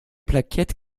plaquettes